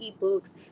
eBooks